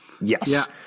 Yes